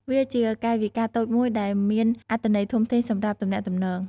វាជាកាយវិការតូចមួយដែលមានអត្ថន័យធំធេងសម្រាប់ទំនាក់ទំនង។